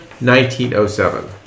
1907